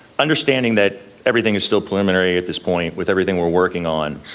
understanding that everything is still preliminary at this point, with everything we're working on,